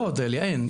לא אודליה, אין.